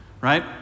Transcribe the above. right